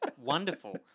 wonderful